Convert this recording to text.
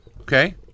Okay